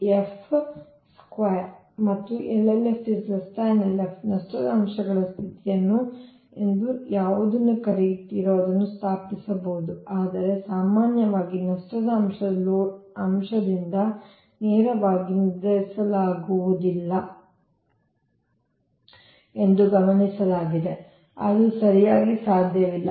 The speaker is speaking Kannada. ಆದರಿಂದ LLF ಮತ್ತು LLF LF ನಷ್ಟದ ಅಂಶಗಳ ಸ್ಥಿತಿಯನ್ನು ಎಂದು ಯಾವುದನ್ನು ಕರೆಯುತ್ತೀರೋ ಅದನ್ನು ಸ್ಥಾಪಿಸಬಹುದು ಆದರೆ ಸಾಮಾನ್ಯವಾಗಿ ನಷ್ಟದ ಅಂಶವನ್ನು ಲೋಡ್ ಅಂಶದಿಂದ ನೇರವಾಗಿ ನಿರ್ಧರಿಸಲಾಗುವುದಿಲ್ಲ ಎಂದು ಗಮನಿಸಲಾಗಿದೆ ಅದು ಸರಿಯಾಗಿ ಸಾಧ್ಯವಿಲ್ಲ